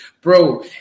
bro